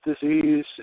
disease